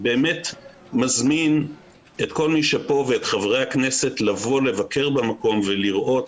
אני באמת מזמין את כל מי שפה ואת חברי הכנסת לבוא לבקר במקום ולראות,